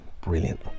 brilliant